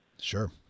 Sure